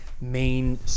main